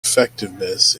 effectiveness